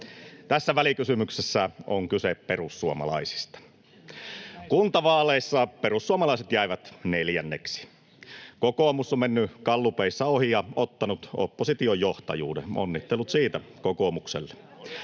Tässä välikysymyksessä on kyse perussuomalaisista. Kuntavaaleissa perussuomalaiset jäivät neljänneksi. Kokoomus on mennyt gallupeissa ohi ja ottanut opposition johtajuuden — onnittelut siitä kokoomukselle.